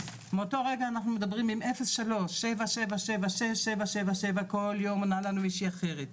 מאותו רגע אנחנו מדברים עם 03-7776777 כל יום עונה לנו מישהי אחרת,